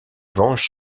venge